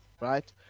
right